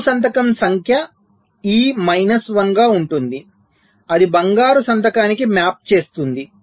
తప్పు సంతకం సంఖ్య ఈ మైనస్ 1 గా ఉంటుంది అది బంగారు సంతకానికి మ్యాప్ చేస్తుంది